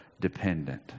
dependent